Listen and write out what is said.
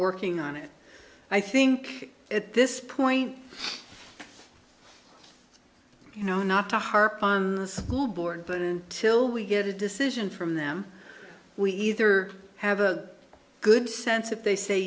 working on it i think at this point you know not to harp on the school board but until we get a decision from them we either have a good sense of they say